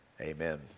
Amen